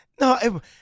no